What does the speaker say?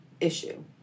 issue